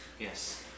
Yes